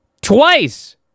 twice